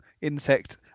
insect